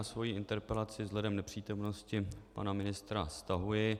Svojí interpelaci vzhledem k nepřítomnosti pana ministra stahuji.